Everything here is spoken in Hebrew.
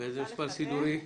איזה מספר סידורי?